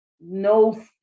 no